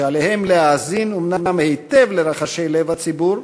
שעליהם להאזין אומנם היטב לרחשי לב הציבור,